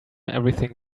everything